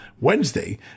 Wednesday